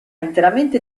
interamente